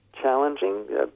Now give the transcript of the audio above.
Challenging